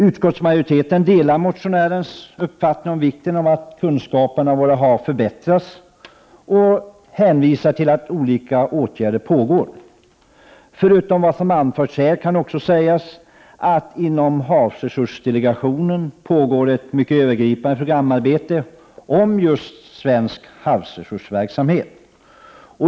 Utskottsmajoriteten delar motionärernas uppfattning om vikten av att kunskapen om våra hav förbättras och hänvisar till att olika åtgärder pågår. Förutom vad som redan anförts kan också sägas att inom havsresursdelegationen pågår mycket övergripande programarbete om just svensk havsresursverksamhet.